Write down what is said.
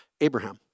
Abraham